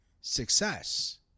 success